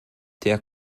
der